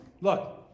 Look